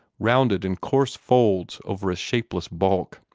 rounded in coarse folds over a shapeless bulk.